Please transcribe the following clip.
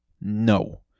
No